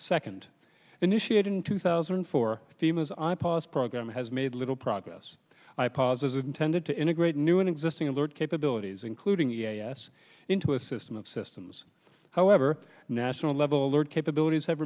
second initiated in two thousand and four themas i pause program has made little progress i pause as is intended to integrate new and existing alert capabilities including e a s into a system of systems however national level alert capabilities have